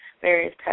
various